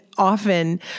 Often